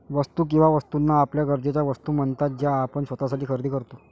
वस्तू किंवा वस्तूंना आपल्या गरजेच्या वस्तू म्हणतात ज्या आपण स्वतःसाठी खरेदी करतो